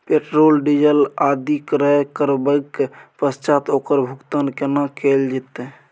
Petrol, diesel आदि क्रय करबैक पश्चात ओकर भुगतान केना कैल जेतै?